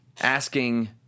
asking